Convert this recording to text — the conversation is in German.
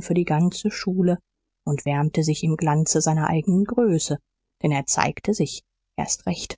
für die ganze schule und wärmte sich im glanze seiner eigenen größe denn er zeigte sich erst recht